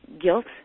guilt